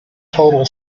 total